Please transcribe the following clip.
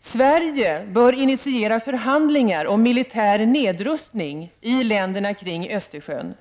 Sverige bör initiera förhandlingar om militär nedrustning i länderna kring Östersjön.